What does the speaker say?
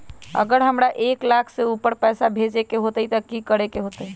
अगर हमरा एक लाख से ऊपर पैसा भेजे के होतई त की करेके होतय?